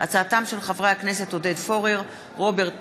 בהצעתם של חברי הכנסת עודד פורר, רוברט טיבייב,